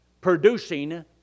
producing